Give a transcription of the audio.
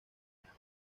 cañar